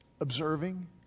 observing